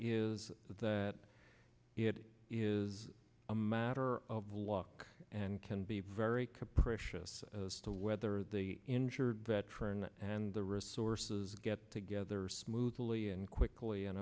is that it is a matter of luck and can be very capricious as to whether the injured veteran and the resources get together smoothly and quickly and